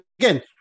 again